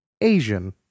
asian